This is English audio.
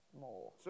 more